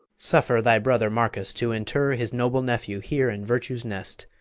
suffer thy brother marcus to inter his noble nephew here in virtue's nest,